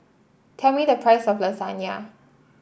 tell me the price of Lasagna